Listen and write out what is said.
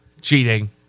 Cheating